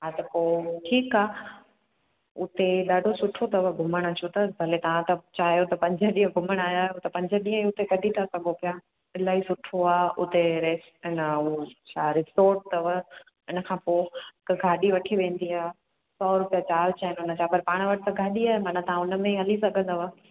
हा त पोइ ठीकु आहे उते ॾाढो सुठो अथव घुमण जो त भले तव्हां त चाहियो त पंज ॾींहं घुमणु आया आहियो त पंज ॾींहं ई हुते कढी था सघो पिया इलाही सुठो आहे उते रेस्ट अने उहो छा रिज़ॉर्ट अथव इनखां पोइ हिकु गाॾी वठी वेंदी आहे सौ रुपया चार्ज आहिनि उनजा पर पाण वटि त गाॾी आहे माना तव्हां उनमें ई हली सघंदव